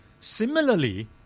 Similarly